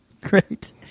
Great